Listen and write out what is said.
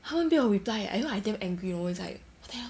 他们不要 reply leh you know I damn angry you know it's like what the hell